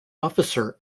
officer